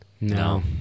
No